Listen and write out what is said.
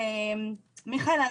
תודה רבה לכולם,